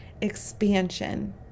expansion